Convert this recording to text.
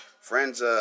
Friends